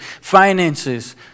finances